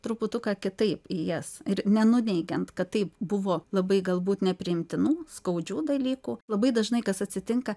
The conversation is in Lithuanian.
truputuką kitaip į jas ir nenuneigiant kad taip buvo labai galbūt nepriimtinų skaudžių dalykų labai dažnai kas atsitinka